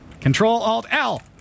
Control-Alt-L